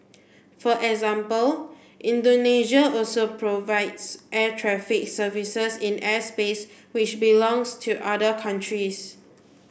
for example Indonesia also provides air traffic services in airspace which belongs to other countries